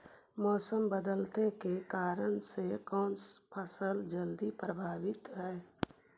मोसम बदलते के कारन से कोन फसल ज्यादा प्रभाबीत हय?